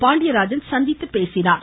பாண்டியராஜன் சந்தித்து பேசினார்